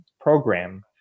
program